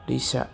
दैसा